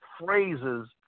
Phrases